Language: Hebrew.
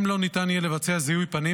אם לא ניתן יהיה לבצע זיהוי פנים,